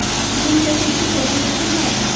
ঝুম চাষে কি পরিবেশ দূষন হয়?